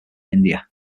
india